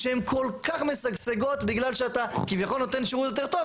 שהן כל כך משגשגות בגלל שאתה כביכול נותן שירות טוב,